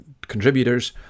contributors